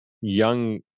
young